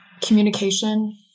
communication